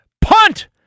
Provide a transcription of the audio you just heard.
punt